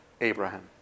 Abraham